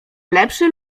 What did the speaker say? lepszy